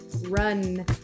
run